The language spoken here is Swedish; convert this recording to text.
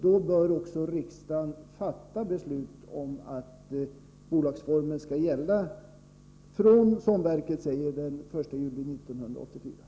Då bör också riksdagen fatta beslut om att verksamheten skall bedrivas i bolagsform från, som verket säger, den 1 juli 1984.